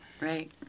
right